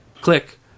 click